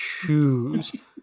choose